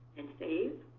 and save.